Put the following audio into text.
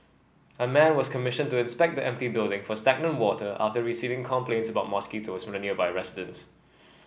a man was commissioned to inspect the empty building for stagnant water after receiving complaints about mosquitoes from nearby residents